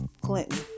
Clinton